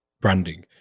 branding